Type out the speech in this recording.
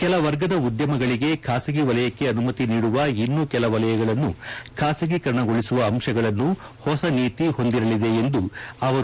ಕೆಲ ವರ್ಗದ ಉದ್ದಮಗಳಿಗೆ ಖಾಸಗಿ ವಲಯಕ್ಕೆ ಅನುಮತಿ ನೀಡುವ ಇನ್ನೂ ಕೆಲ ವಲಯಗಳನ್ನು ಖಾಸಗೀಕರಣಗೊಳಿಸುವ ಅಂಶಗಳನ್ನು ಹೊಸ ನೀತಿ ಹೊಂದಿರಲಿದೆ ಎಂದರು